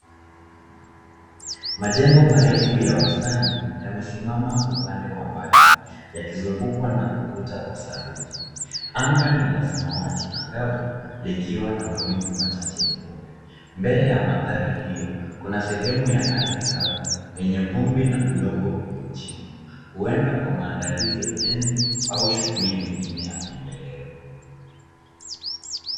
Majengo marefu ya wastani yamesimama upande wa mbali yakizungukwa na ukuta wa saruji. Anga ni la samawati angavu likiwa na mawingu machache meupe. Mbele ya mandhari hio, kuna sehemu ya ardhi kavu yenye vumbi na udongo uliochimbwa huenda kwa maandalizi ya ujenzi au shughuli nyingine ya maendeleo.